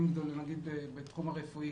בתחום הרפואי,